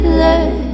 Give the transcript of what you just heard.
let